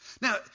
Now